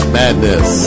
madness